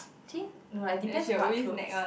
actually no lah it depends on what clothes